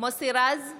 מוסי רז,